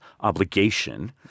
obligation